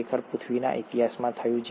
ખરેખર પૃથ્વીના ઇતિહાસમાં થયું